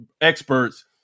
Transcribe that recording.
experts